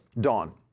Dawn